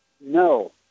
No